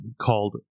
called